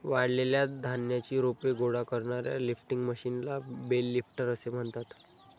वाळलेल्या धान्याची रोपे गोळा करणाऱ्या लिफ्टिंग मशीनला बेल लिफ्टर असे म्हणतात